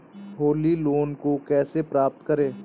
Holi loan को कैसे प्राप्त करें?